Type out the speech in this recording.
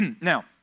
Now